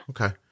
Okay